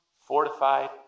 fortified